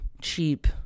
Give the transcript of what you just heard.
cheap